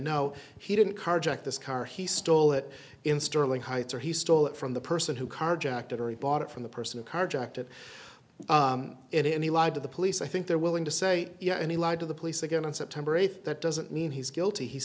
no he didn't carjacked this car he stole it in sterling heights or he stole it from the person who carjacked it already bought it from the person who carjacked it and he lied to the police i think they're willing to say yes and he lied to the police again on september eighth that doesn't mean he's guilty he